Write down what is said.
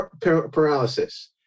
paralysis